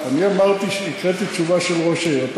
לא, אמרתי שהקראתי תשובה של ראש העיר.